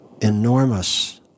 enormous